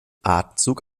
atemzug